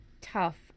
tough